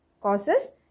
causes